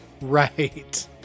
Right